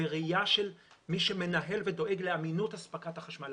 בראייה שלמי שמנהל ודואג לאמינות אספקת החשמל,